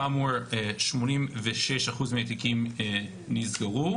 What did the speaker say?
כאמור, 86 אחוז מהתיקים נסגרו,